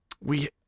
we-